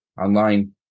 online